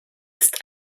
ist